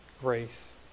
grace